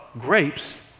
grapes